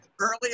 earlier